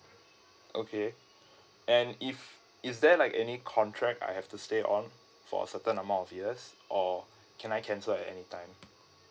okay and if is there like any contract I have to stay on for a certain amount of years or can I cancel on any time